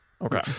okay